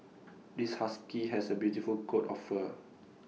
this husky has A beautiful coat of fur